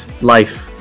Life